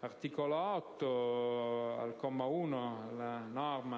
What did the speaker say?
L'articolo 8, al comma 1,